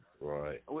Right